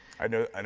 i know and